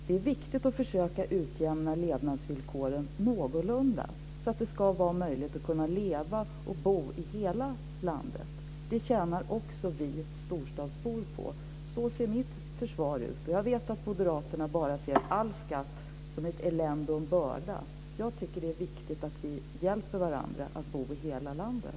Det är viktigt att försöka utjämna levnadsvillkoren någorlunda, så att det ska vara möjligt att leva och bo i hela landet. Det tjänar också vi storstadsbor på. Så ser mitt försvar ut. Jag vet att moderaterna bara ser all skatt som ett elände och en börda. Jag tycker att det är viktigt att vi hjälper varandra att bo i hela landet.